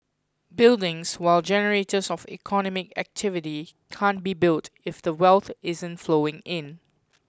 buildings while generators of economic activity can't be built if the wealth isn't flowing in